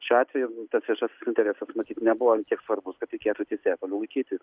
šiuo atveju tas viešasis interesas matyt nebuvo ant tiek svarbus kad reikėtų teisėją toliau laikyti